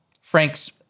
Frank's